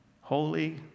Holy